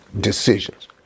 decisions